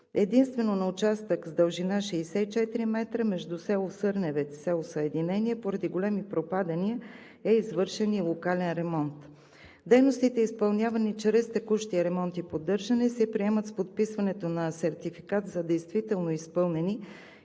Единствено на участък с дължина 64 м между село Сърневец и село Съединение поради големи пропадания е извършен и локален ремонт. Дейностите, изпълнявани чрез текущия ремонт и поддържане, се приемат с подписването на сертификат за действително изпълнени